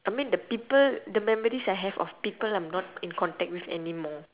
I mean the people the memories I have of people I'm not in contact with anymore